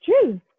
true